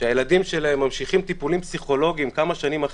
שהילדים שלהם ממשיכים טיפולים פסיכולוגיים כמה שנים אחרי,